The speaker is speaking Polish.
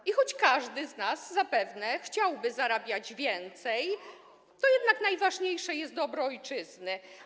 I choć każdy z nas zapewne chciałby zarabiać więcej, to jednak najważniejsze jest dobro ojczyzny.